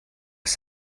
ist